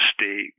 state